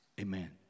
Amen